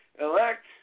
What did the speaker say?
elect